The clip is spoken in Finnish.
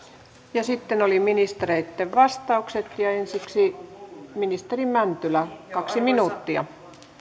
ja sitten oli ministereitten vastaukset ensiksi ministeri mäntylä kaksi minuuttia